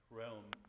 realm